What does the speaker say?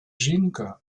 жінка